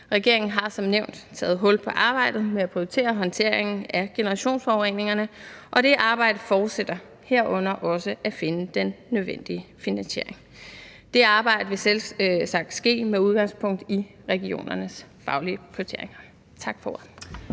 Regeringen har som nævnt taget hul på arbejdet med at prioritere håndteringen af generationsforureningerne, og det arbejde fortsætter, herunder også med at finde den nødvendige finansiering. Det arbejde vil selvsagt ske med udgangspunkt i regionernes faglige prioriteringer. Tak for ordet.